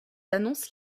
annoncent